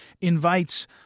invites